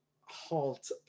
halt